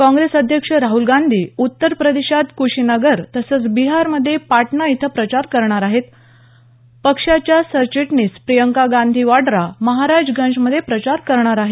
काँग्रेस अध्यक्ष राहुल गांधी उत्तर प्रदेशात क्शीनगर तसंच बिहारमधे पाटणा इथं प्रचार करणार आहेत पक्षाच्या सरचिटणीस प्रियंका गांधी वाड्रा महाराजगंज मध्ये प्रचार करणार आहेत